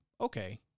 Okay